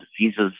diseases